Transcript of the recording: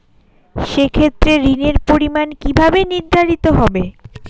সে ক্ষেত্রে ঋণের পরিমাণ কিভাবে নির্ধারিত হবে?